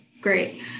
Great